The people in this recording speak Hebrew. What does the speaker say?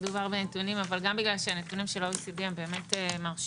בגלל שהנתונים של ה-OECD הם באמת מרשימים,